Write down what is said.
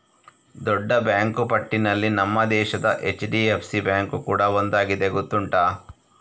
ದೊಡ್ಡ ಬ್ಯಾಂಕು ಪಟ್ಟಿನಲ್ಲಿ ನಮ್ಮ ದೇಶದ ಎಚ್.ಡಿ.ಎಫ್.ಸಿ ಬ್ಯಾಂಕು ಕೂಡಾ ಒಂದಾಗಿದೆ ಗೊತ್ತುಂಟಾ